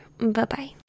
Bye-bye